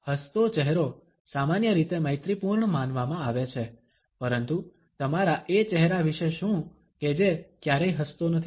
હસતો ચહેરો સામાન્ય રીતે મૈત્રીપૂર્ણ માનવામાં આવે છે પરંતુ તમારા એ ચહેરા વિશે શું કે જે ક્યારેય હસતો નથી